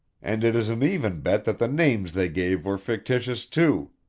and it is an even bet that the names they gave were fictitious, too.